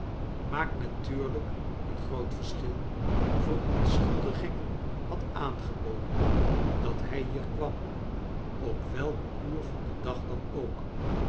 natuurlijk een groot verschil verontschuldigingen had aangeboden dat hij hier kwarn op welk uur van den dag dan oak